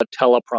teleprompter